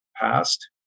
past